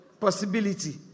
possibility